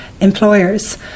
employers